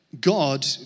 God